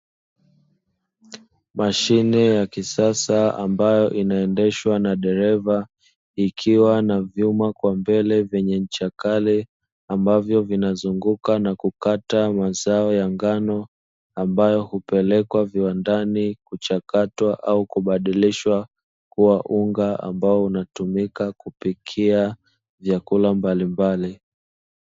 Mashine ya kisasa ambayo inaendeshwa na dereva, ikiwa na vyuma kwa mbele vyenye ncha kali ambavyo vinazunguka na kukata mazao ya ngano ambayo hupeleka viwandani kuchakatwa au kubadilishwa kuwa unga ambao unatumika kupikia vyakula mbalimbali.